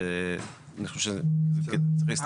ואני חושב שצריך להסתפק.